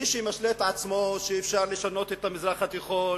מי שמשלה את עצמו שאפשר לשנות את המזרח התיכון,